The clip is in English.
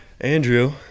andrew